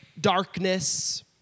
darkness